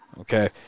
Okay